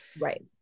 right